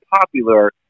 popular